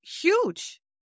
huge